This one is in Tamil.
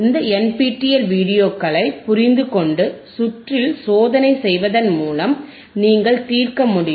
இந்த NPTEL வீடியோக்களைப் புரிந்து கொண்டு சுற்றில் சோதனை செய்வதன் மூலம் நீங்கள் தீர்க்க முடியும்